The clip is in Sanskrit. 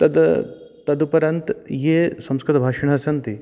तद् तद् परन्तु ये संस्कृतभाषिणः सन्ति